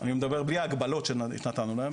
אני מדבר בלי ההגבלות שנתנו להם,